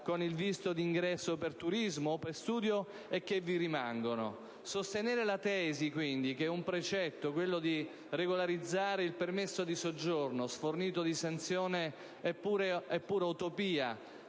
con il visto di ingresso per turismo o per studio e vi rimangono. Io ritengo che un precetto, quello di regolarizzare il permesso di soggiorno, sfornito di sanzione sia pura utopia: